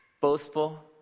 Boastful